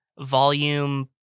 volume